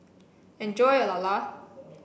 enjoy your Lala